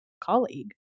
colleague